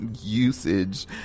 usage